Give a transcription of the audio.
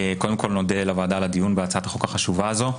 אני מודה לוועדה על הדיון בהצעת החוק החשובה הזו,